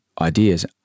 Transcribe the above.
ideas